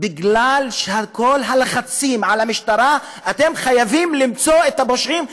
בגלל כל הלחצים על המשטרה: אתם חייבים למצוא את הפושעים,